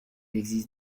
existe